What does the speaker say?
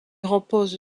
repose